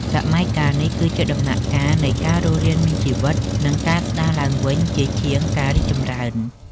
សម័យកាលនេះគឺជាដំណាក់កាលនៃ ការរស់រានមានជីវិត និងការស្តារឡើងវិញ ជាជាងការរីកចម្រើន។